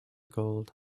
gold